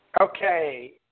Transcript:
Okay